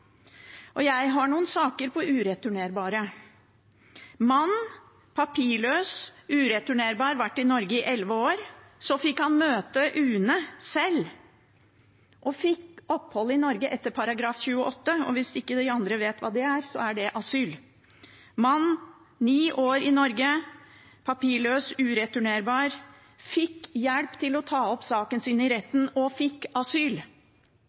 de. Jeg har noen saker om ureturnerbare: Mann, papirløs, ureturnerbar, vært i Norge i 11 år – så fikk han møte UNE sjøl og fikk opphold i Norge etter § 28, og hvis ikke de andre vet hva det er, så er det asyl. Mann, 9 år i Norge, papirløs, ureturnerbar, fikk hjelp til å ta opp saken sin i retten og fikk asyl.